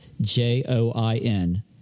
J-O-I-N